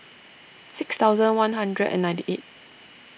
six thousand one hundred and ninety eight